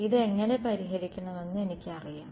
ഇത് എങ്ങനെ പരിഹരിക്കണമെന്ന് എനിക്കറിയാം